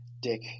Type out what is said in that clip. Dick